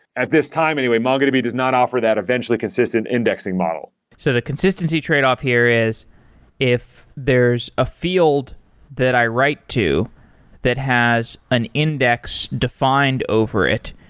at this time anyway, mongodb does not offer that eventually consistent indexing model. so the consistency tradeoff here is if there's a field that i write to that has an index defined over it,